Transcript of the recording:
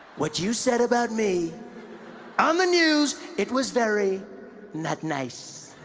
what you said about me on the news it was very not nice